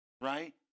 right